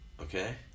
Okay